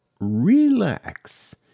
relax